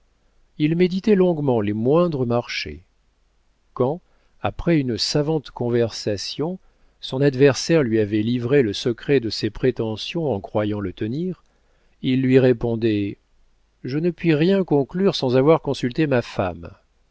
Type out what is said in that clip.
il méditait longuement les moindres marchés quand après une savante conversation son adversaire lui avait livré le secret de ses prétentions en croyant le tenir il lui répondait je ne puis rien conclure sans avoir consulté ma femme